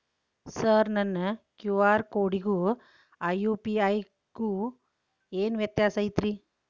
Sir ನನ್ನ QR ಕೊಡಿಗೂ ಆ ಯು.ಪಿ.ಐ ಗೂ ಏನ್ ವ್ಯತ್ಯಾಸ ಐತ್ರಿ?